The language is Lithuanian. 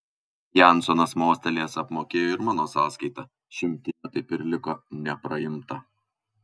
jansonas mostelėjęs apmokėjo ir mano sąskaitą šimtinė taip ir liko nepraimta